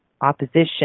Opposition